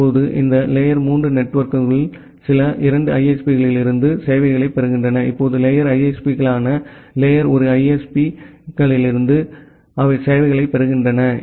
இப்போது இந்த லேயர் 3 நெட்வொர்க்குகள் சில 2 ISP களில் இருந்து சேவைகளைப் பெறுகின்றன இப்போது லேயர் ISP க்கள் லேயர் ஒரு ISP களில் இருந்து சேவைகளைப் பெறுகின்றன